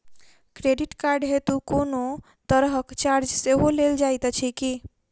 Credit card हेतु कोनो तरहक चार्ज सेहो लेल जाइत अछि की?